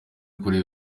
kuri